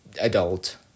adult